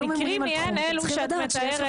במקרים אי אלו שאת מתארת --- אתם תהיו ממונים